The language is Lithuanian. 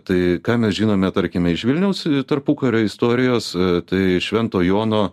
tai ką mes žinome tarkime iš vilniaus tarpukario istorijos tai švento jono